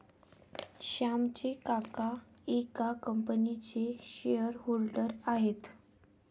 श्यामचे काका एका कंपनीचे शेअर होल्डर आहेत